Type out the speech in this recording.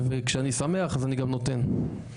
וכשאני שמח אז אני גם נותן.